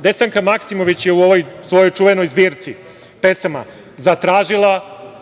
Desanka Makimović je u ovoj svojoj čuvenoj zbirci pesama zatražila